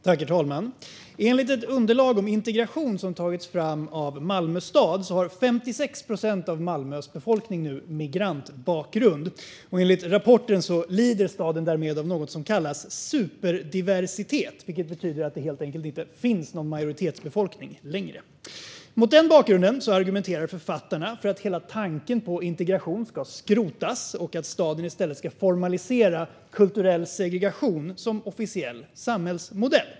Herr talman! Enligt ett underlag om integration som tagits fram av Malmö stad har 56 procent av Malmös befolkning nu migrantbakgrund. Enligt rapporten lider staden därmed av något som kallas superdiversitet, vilket betyder att det helt enkelt inte finns någon majoritetsbefolkning längre. Mot denna bakgrund argumenterar författarna för att hela tanken på integration ska skrotas och att staden i stället ska formalisera kulturell segregation som officiell samhällsmodell.